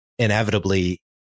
inevitably